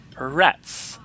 rats